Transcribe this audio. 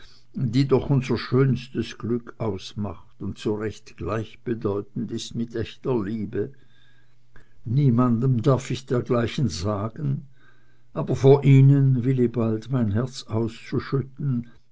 die doch unser schönstes glück ausmacht und so recht gleichbedeutend ist mit echter liebe niemandem darf ich dergleichen sagen aber vor ihnen wilibald mein herz auszuschütten